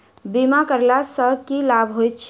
बीमा करैला सअ की लाभ होइत छी?